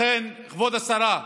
לכן, כבוד השרה,